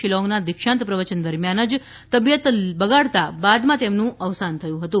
શિલોંગમાં દીક્ષાંત પ્રવચન દરમિયાન જ તબિયત બગાડતાં બાદમાં તેમનું અવસાન થયું હતું